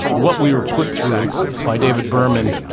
what we were put through by david berman,